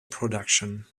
production